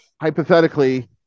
Hypothetically